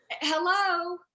Hello